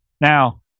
Now